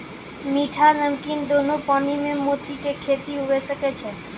मीठा, नमकीन दोनो पानी में मोती के खेती हुवे सकै छै